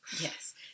Yes